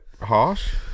harsh